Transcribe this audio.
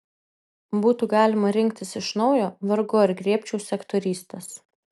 būtų galima rinktis iš naujo vargu ar griebčiausi aktorystės